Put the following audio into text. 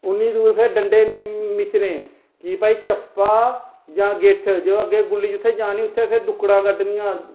उन्नी दूर फिर डंडे मिचने कि भाई चप्पा जा गिट्ठ ते अग्गै गुल्ली जित्थै जानी उत्थै दुक्कड़ा कड्ढनियां